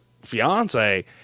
fiance